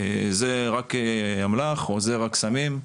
זה רק אמל"ח או זה רק סמים.